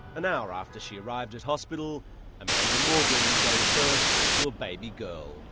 an hour after she arrived at hospital amanda morgan gave birth to a baby girl.